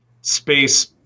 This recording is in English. space-